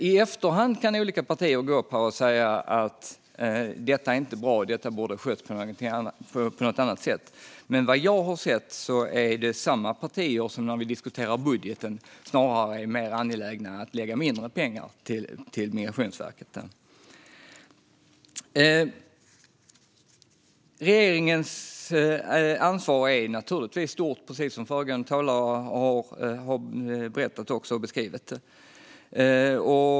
I efterhand kan alltså olika partier säga att detta inte var bra och att det borde ha skötts på något annat sätt. Men vad jag har sett är det samma partier som när vi diskuterar budgeten snarare är angelägna om att lägga mindre pengar till Migrationsverket. Regeringens ansvar är stort, precis som föregående talare har beskrivit.